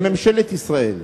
לממשלת ישראל,